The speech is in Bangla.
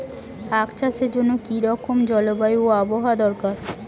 আখ চাষের জন্য কি রকম জলবায়ু ও আবহাওয়া দরকার?